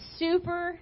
super